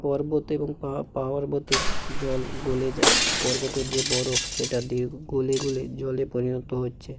পর্বত এবং পা পর্বতের জল গলে যা পর্বতের যে বরফ সেটা দিয়ে গলে গলে জলে পরিণত হচ্ছে